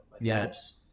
Yes